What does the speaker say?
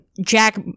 Jack